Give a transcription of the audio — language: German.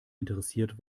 interessiert